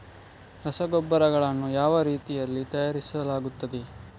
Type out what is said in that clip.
ರಸಗೊಬ್ಬರಗಳನ್ನು ಯಾವ ರೀತಿಯಲ್ಲಿ ತಯಾರಿಸಲಾಗುತ್ತದೆ?